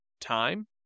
time